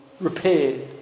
repaired